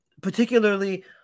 particularly